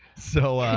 so